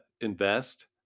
invest